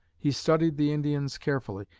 he studied the indians carefully,